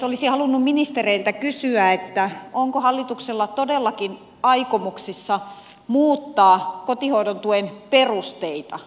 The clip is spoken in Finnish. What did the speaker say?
olisin halunnut ministereiltä kysyä onko hallituksella todellakin aikomuksia muuttaa kotihoidon tuen perusteita